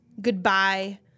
Goodbye